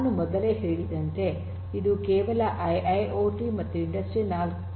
ನಾನು ಮೊದಲೇ ಹೇಳಿದಂತೆ ಇದು ಕೇವಲ ಐಐಓಟಿ ಮತ್ತು ಇಂಡಸ್ಟ್ರಿ ೪